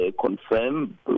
confirm